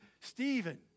Stephen